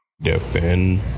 defend